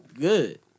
good